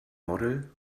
model